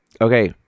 Okay